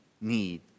need